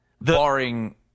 barring